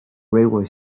railway